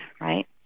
right